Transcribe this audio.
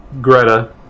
Greta